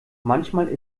manchmal